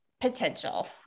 potential